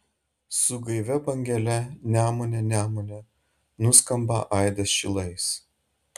su gaivia bangele nemune nemune nuskamba aidas šilais